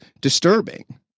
disturbing